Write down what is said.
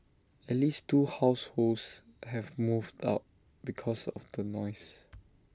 at least two households have moved out because of the noise